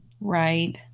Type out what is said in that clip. Right